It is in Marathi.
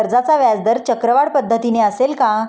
कर्जाचा व्याजदर चक्रवाढ पद्धतीने असेल का?